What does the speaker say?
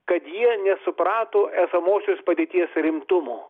kad jie nesuprato esamosios padėties rimtumo